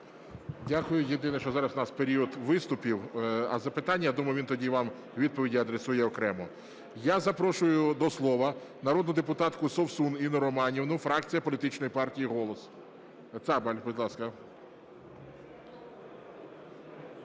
Дякую. Єдине, що зараз в нас період виступів. А запитання, я думаю, він тоді вам відповіді адресує окремо. Я запрошую до слова народну депутатку Совсун Інну Романівну, фракція політичної партії "Голос". Цабаль, будь ласка.